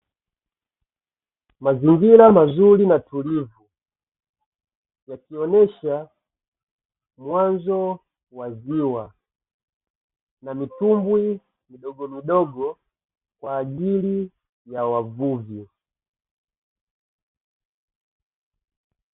Mazingira mazuri na tulivu, yakionesha mwanzo wa ziwa na mitumbwi midogomidogo, kwa ajili ya wavuvi.